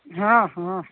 हँ हँ